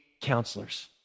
counselors